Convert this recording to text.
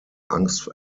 angst